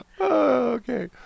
Okay